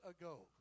ago